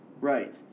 Right